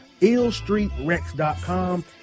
IllStreetRex.com